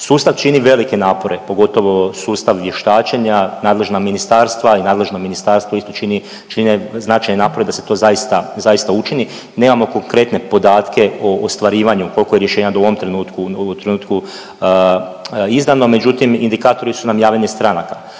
Sustav čini velike napore, pogotovo sustav vještačenja, nadležna ministarstva i nadležno ministarstvo isto čine značajni napor da se to zaista učini. Nemamo konkretne podatke o ostvarivanju, koliko je rješenja u ovom trenutku izdano, međutim, indikatoru su nam javljanje stranaka.